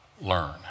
learn